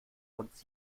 uns